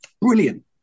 Brilliant